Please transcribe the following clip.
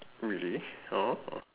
really oh